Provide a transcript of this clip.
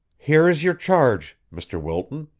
here is your charge, mr. wilton,